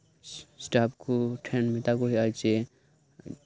staff ᱠᱚᱴᱷᱮᱱ ᱢᱮᱛᱟ ᱠᱚ ᱦᱩᱭᱩᱜᱼᱟ ᱡᱮ